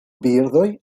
birdoj